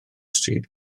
stryd